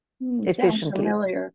efficiently